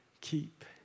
keep